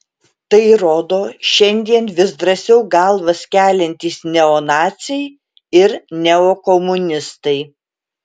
tai rodo šiandien vis drąsiau galvas keliantys neonaciai ir neokomunistai